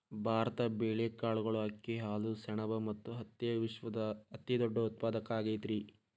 ಭಾರತ ಬೇಳೆ, ಕಾಳುಗಳು, ಅಕ್ಕಿ, ಹಾಲು, ಸೆಣಬ ಮತ್ತ ಹತ್ತಿಯ ವಿಶ್ವದ ಅತಿದೊಡ್ಡ ಉತ್ಪಾದಕ ಆಗೈತರಿ